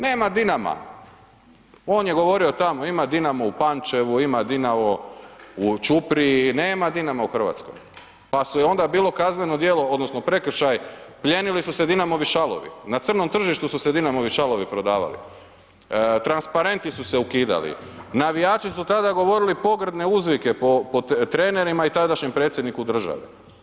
Nema Dinama, on je govorio tamo, ima Dinamo u Pančevu, ima Dinamo u Ćupriji, nema Dinama u Hrvatskoj pa su onda, bilo kazneno djelo odnosno prekršaj, plijenili su se Dinamovi šalovi, na crnom tržištu su se Dinamovu šalovi prodavali, transparenti su se ukidali, navijači tada govorili pogrdne uzvike po trenerima i tadašnjem Predsjedniku države.